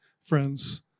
friends